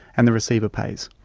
and the receiver pays.